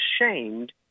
ashamed